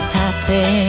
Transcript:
happy